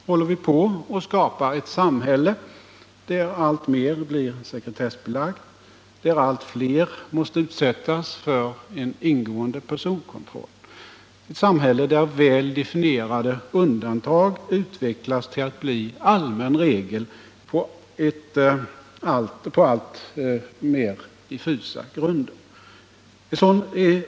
Håller vi på att skapa ett samhälle där alltmer blir sekretessbelagt, där allt fler måste utsättas för ingående personkontroll, ett samhälle där väl definierade undantag utvecklas till att bli allmänna regler på alltmer diffusa grunder?